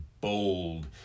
bold